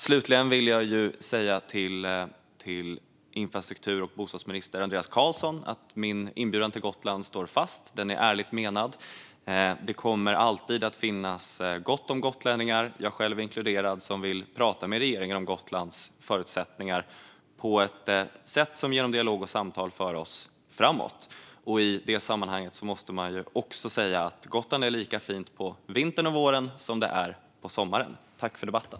Slutligen vill jag säga till infrastruktur och bostadsminister Andreas Carlson att min inbjudan till Gotland står fast. Den är ärligt menad. Det kommer alltid att finnas gott om gotlänningar, jag själv inkluderad, som vill prata med regeringen om Gotlands förutsättningar på ett sätt som genom dialog och samtal för oss framåt. I det sammanhanget måste man också säga att Gotland är lika fint på vintern och våren som det är på sommaren.